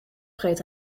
vreet